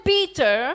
Peter